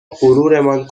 غرورمان